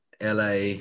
LA